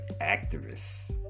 activists